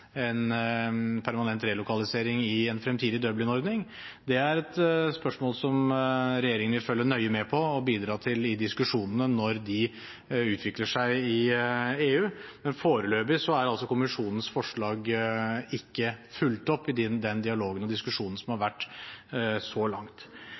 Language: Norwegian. permanent relokalisering i en fremtidig Dublin-ordning. Det er et spørsmål som regjeringen vil følge nøye med på og bidra til i diskusjonene når de utvikler seg i EU, men foreløpig er kommisjonens forslag ikke fulgt opp i den dialogen og i den diskusjonen som har vært så langt.